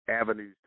avenues